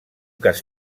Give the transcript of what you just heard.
cas